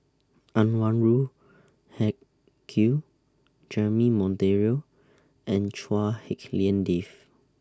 Anwarul Haque Jeremy Monteiro and Chua Hak Lien Dave